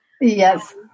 yes